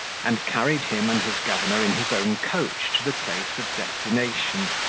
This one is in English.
and carried him and his governor in his own coach to the place of destination,